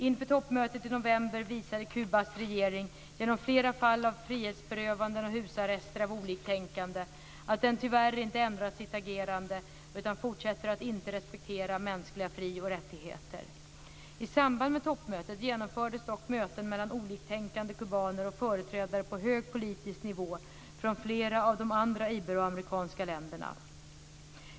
Inför toppmötet i november visade Kubas regering genom flera fall av frihetsberövanden och husarrester av oliktänkande att den tyvärr inte ändrat sitt agerande utan fortsatt att inte respektera mänskliga fri och rättigheter. I samband med toppmötet genomfördes dock möten mellan oliktänkande kubaner och företrädare på hög politisk nivå från flera av de andra iberoamerikanska länderna.